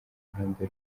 ruhande